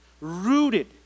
rooted